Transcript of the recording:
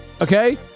Okay